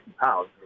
pounds